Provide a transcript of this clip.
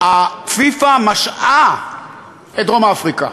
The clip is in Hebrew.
פיפ"א משעה את דרום-אפריקה.